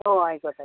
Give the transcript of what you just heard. ഓ ആയിക്കോട്ടെ